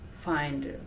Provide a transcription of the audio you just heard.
find